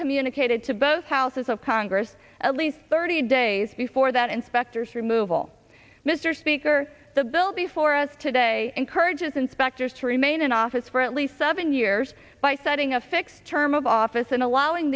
communicated to both houses of congress at least thirty days before that inspectors removal mr speaker the bill before us today encourages inspectors to remain in office for at least seven years by setting a fixed term of office and allowing